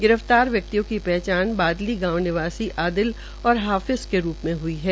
गिरफ्तार व्यक्तियो की पहचान बादली गांव निवासी आदिल और हाफिज के रूप में हुई है